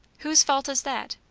whose fault is that?